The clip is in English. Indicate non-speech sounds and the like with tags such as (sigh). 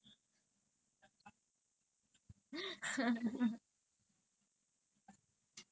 அதுனால:athunaala saturday என்னால வெளிய போக முடியாது:ennaala veliya poga mudiyaathu (laughs) sunday I must mug because monday got school